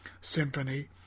Symphony